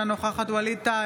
אינה נוכחת ווליד טאהא,